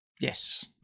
Yes